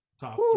Top